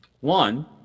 one